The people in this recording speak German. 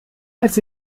als